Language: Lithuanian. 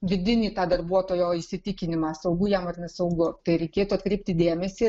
vidinį tą darbuotojo įsitikinimą saugu jam ar nesaugu tai reikėtų atkreipti dėmesį